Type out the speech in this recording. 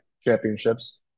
championships